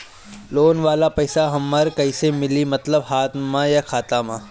Loan वाला पैसा हमरा कइसे मिली मतलब हाथ में या खाता में?